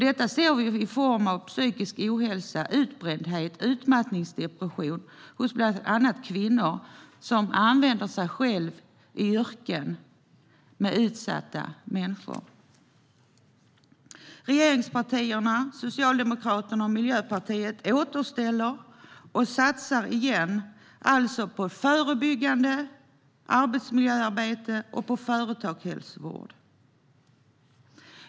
Detta ser vi i form av psykisk ohälsa, utbrändhet och utmattningsdepression, bland annat hos kvinnor som själva arbetar med utsatta människor i sina yrken. Regeringspartierna - Socialdemokraterna och Miljöpartiet - återställer och satsar på nytt på förebyggande arbetsmiljöarbete och på företagshälsovård.